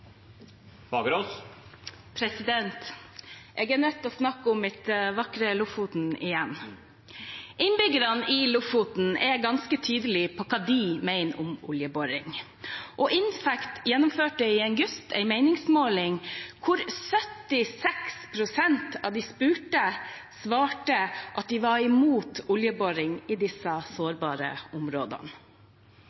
ganske tydelige på hva de mener om oljeboring. InFact gjennomførte i august en meningsmåling hvor 76 pst. av de spurte svarte at de var imot oljeboring i disse